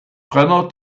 brenner